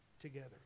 together